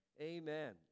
Amen